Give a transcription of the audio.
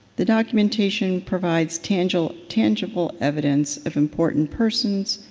the documentation provides tangible tangible evidence of important persons,